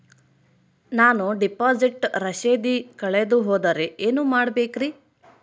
ನಾನು ಡಿಪಾಸಿಟ್ ರಸೇದಿ ಕಳೆದುಹೋದರೆ ಏನು ಮಾಡಬೇಕ್ರಿ?